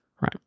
right